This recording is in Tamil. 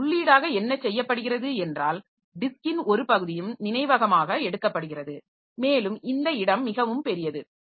எனவே உள்ளீடாக என்ன செய்யப்படுகிறது என்றால் டிஸ்க்கின் ஒரு பகுதியும் நினைவகமாக எடுக்கப்படுகிறது மேலும் இந்த இடம் மிகவும் பெரியது